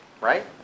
right